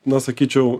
na sakyčiau